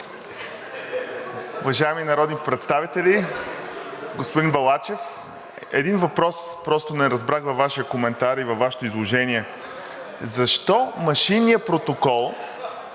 Уважаеми народни представители! Господин Балачев, един въпрос. Не разбрах във Вашия коментар и във Вашето изложение защо машинният протокол